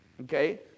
Okay